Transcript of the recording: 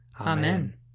Amen